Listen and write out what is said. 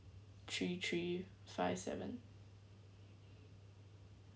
three three five seven